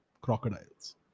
crocodiles